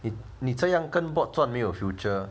你你这样跟 bot 赚没有 future